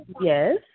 Yes